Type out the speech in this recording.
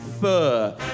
fur